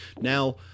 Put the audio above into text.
now